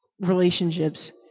relationships